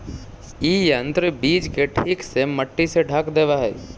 इ यन्त्र बीज के ठीक से मट्टी से ढँक देवऽ हई